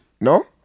no